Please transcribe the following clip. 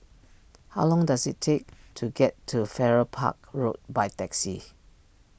how long does it take to get to Farrer Park Road by taxi